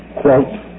quote